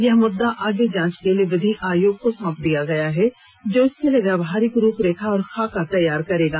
यह मुद्दा आगे जांच के लिए विधि आयोग को सौंप दिया गया है जो इसके लिए व्यावाहारिक रूप रेखा और खाका तैयार करेगा